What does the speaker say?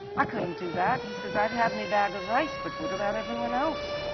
i couldn't do that. he says, i'd and have me bag of rice, but what about everyone else?